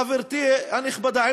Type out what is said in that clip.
חברתי הנכבדה,